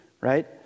right